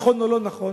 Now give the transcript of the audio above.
נכון או לא נכון.